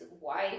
wife